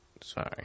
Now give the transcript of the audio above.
Sorry